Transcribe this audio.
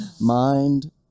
Mind